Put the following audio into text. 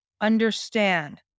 Understand